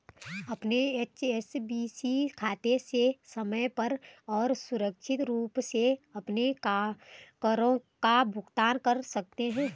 अपने एच.एस.बी.सी खाते से समय पर और सुरक्षित रूप से अपने करों का भुगतान कर सकते हैं